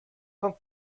vom